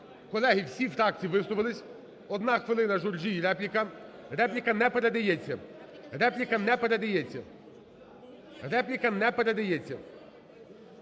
Колеги, всі фракції висловились, 1 хвилина Журжій репліка, репліка не передається. Репілка не передається. Репліка не передається.